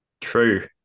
True